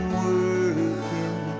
working